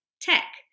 tech